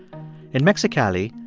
in mexicali,